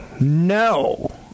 No